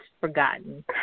forgotten